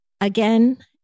Again